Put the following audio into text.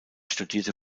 studierte